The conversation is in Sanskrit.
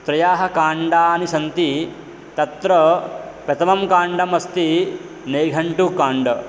त्रयः काण्डाः सन्ति तत्र प्रथमः काण्डः अस्ति नैघण्टुकाण्डः